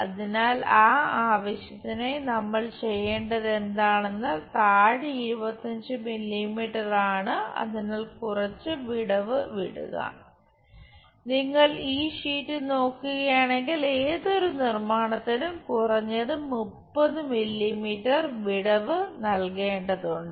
അതിനാൽ ആ ആവശ്യത്തിനായി നമ്മൾ ചെയ്യേണ്ടത് എന്താണെന്നാൽ താഴെ 25 മില്ലീമീറ്റർ ആണ് അതിനാൽ കുറച്ച് വിടവ് വിടുക നിങ്ങൾ ഈ ഷീറ്റ് നോക്കുകയാണെങ്കിൽ ഏതൊരു നിർമ്മാണത്തിനും കുറഞ്ഞത് 30 മില്ലീമീറ്റർ വിടവ് നൽകേണ്ടതുണ്ട്